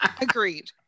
Agreed